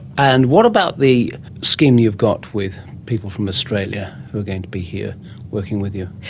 and what about the scheme you've got with people from australia who are going to be here working with you?